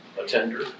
attender